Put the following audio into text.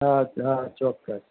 હા હા ચોક્કસ